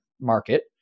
market